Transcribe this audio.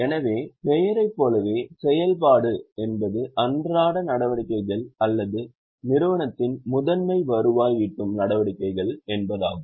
எனவே பெயரைப் போலவே 'செயல்பாடு' என்பது அன்றாட நடவடிக்கைகள் அல்லது நிறுவனத்தின் முதன்மை வருவாய் ஈட்டும் நடவடிக்கைகள் என்பதாகும்